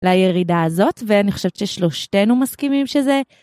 לירידה הזאת, ואני חושבת ששלושתנו מסכימים שזה.